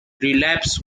relapse